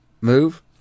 move